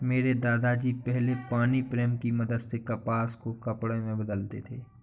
मेरे दादा जी पहले पानी प्रेम की मदद से कपास को कपड़े में बदलते थे